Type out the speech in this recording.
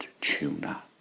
tuna